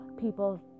people